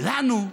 ולנו?